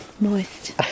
moist